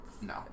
No